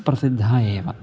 प्रसिद्धे एव